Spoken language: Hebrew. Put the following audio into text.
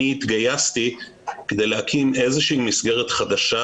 התגייסתי כדי להקים איזושהי מסגרת חדשה